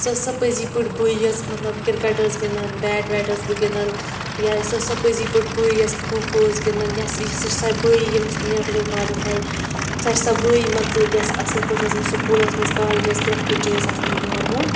سۄ ٲس سا پٔزی پٲٹھۍ بٕے یٲژ مطلب کِرکَٹ ٲس گِنٛدان بیٹ ویٹ ٲس بہٕ گِنٛدان یا سۄ ٲس سا پٔزی پٲٹھۍ بٕے یۄس کھۄ کھۄ ٲس گِنٛدان یا یہِ چھِ سُہ چھِ سا بٔے یٔمِس نٮ۪ٹ گوٚو کالِفَے سۄ چھِ سا بٕے مان ژٕ یۄس اَصٕل پٲٹھۍ آسان سکوٗلَس منٛز کالجَس پرٛٮ۪تھ کُنہِ جایہِ ٲس آسان بروںٛٹھ بروںٛٹھ